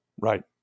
Right